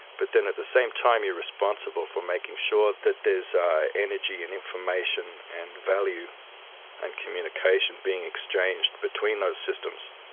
but then at the same time you are responsible for making sure that there's energy and information and value and communication being exchanged between those systems.